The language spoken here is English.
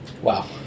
Wow